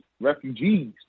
refugees